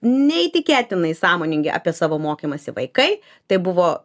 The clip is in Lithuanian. neįtikėtinai sąmoningi apie savo mokymąsi vaikai tai buvo